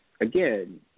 again